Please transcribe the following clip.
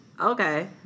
okay